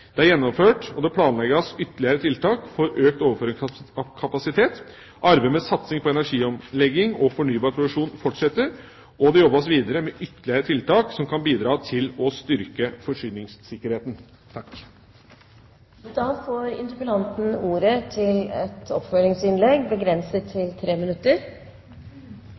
Det er gjennomført og planlegges ytterligere tiltak for økt overføringskapasitet. Arbeidet med satsing på energiomlegging og fornybar produksjon fortsetter, og det jobbes videre med ytterligere tiltak som kan bidra til å styrke forsyningssikkerheten.